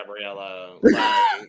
Gabriella